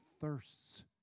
thirsts